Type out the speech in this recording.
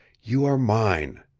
you are mine.